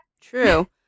True